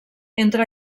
entre